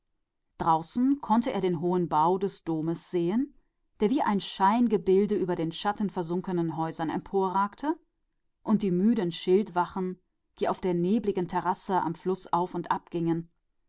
draußen konnte er die gewaltige kuppel der kathedrale sehen die wie eine seifenblase über die schattigen häuser schien und die müden posten die auf der nebligen terrasse am fluß auf und